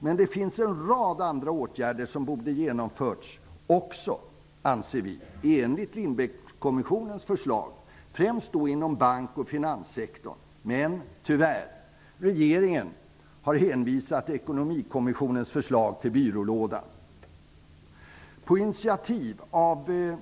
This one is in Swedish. Men det finns en rad andra åtgärder som också borde genomförts enligt Lindbeckkommissionens förslag, främst inom bank och finanssektorn. Men tyvärr har regeringen hänvisat ekonomikommissionens förslag till byrålådan.